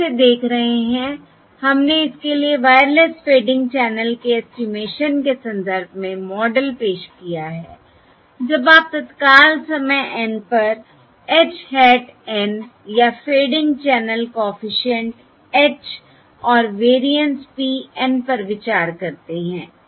हम इसे देख रहे हैं हमने इसके लिए वायरलेस फ़ेडिंग चैनल के ऐस्टीमेशन के संदर्भ में मॉडल पेश किया है जब आप तत्काल समय N पर h hat N या फ़ेडिंग चैनल कॉफिशिएंट h और वेरिएंस P N पर विचार करते हैं